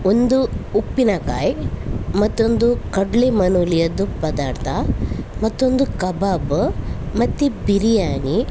ಒಂದು ಉಪ್ಪಿನಕಾಯಿ ಮತ್ತೊಂದು ಕಡಲೆ ಮನೋಳಿಯದ್ದು ಪದಾರ್ಥ ಮತ್ತೊಂದು ಕಬಾಬ್ ಮತ್ತು ಬಿರಿಯಾನಿ